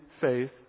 faith